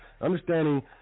Understanding